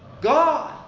God